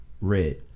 red